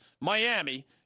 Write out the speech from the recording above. Miami